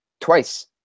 twice